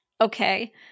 Okay